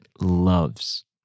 loves